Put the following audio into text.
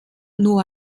nur